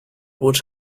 would